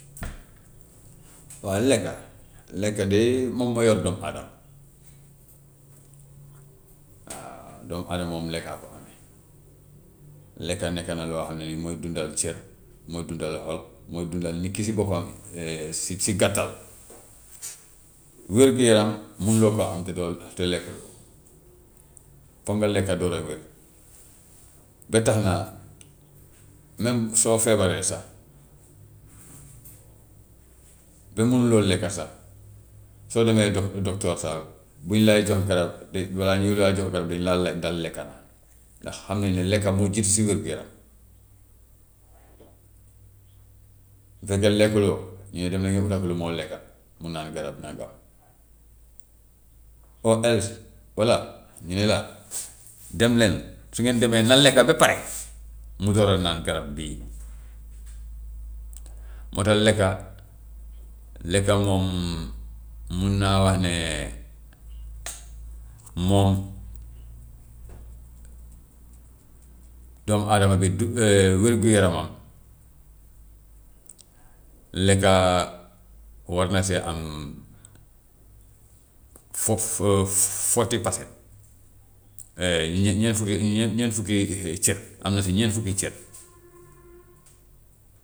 waaw lekka, lekk de moom moo yor doomu adama waaw doomu adama moom lekk a ko ame. Lekk nekk na loo xam ne ni mooy dundal cër, mooy dundal xol, mooy dundal nit ki si boppam si si gàttal. Wér-gu-yaram munu loo koo am te doo te lekku loo, foog nga lekka doog a wér. Ba tax na même soo feebaree sax ba munuloo lekka sax, soo demee dok- bi doktoor sax bu ñu lay jox garab de balaa ñu laa jox garab dañu laa laaj ndax lekka na, ndax xam nañ ne lekka moo jiitu si wér-gu-yaram. Bu fekkee lekkuloo ñu ne dem leen ngeen utal ko lu moo lekka mu naan garab, naan garab, or else walla ñu ne la dem leen, su ngeen demee na lekka ba pare mu door a naan garab bii. Moo tax lekka, lekka moom mun naa wax ne moom doomu adama bi du wér-gu-yaramam lekka war na see am fo- fourty percent ñe- ñeent fukki ñeent fukki cër, am na si ñeent fukki cër.